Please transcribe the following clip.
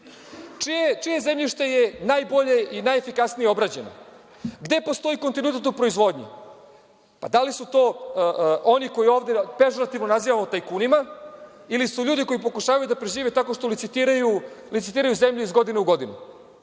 Čije zemljište je najbolje i najefikasnije obrađeno? Gde postoji kontinuitet u proizvodnji? Da li su to oni koje ovde pežorativno nazivamo tajkunima ili su ljudi koji pokušavaju da prežive tako što licitiraju zemlju iz godine u godinu?